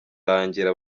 rangira